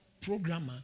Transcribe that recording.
programmer